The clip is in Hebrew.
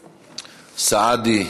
סעדי,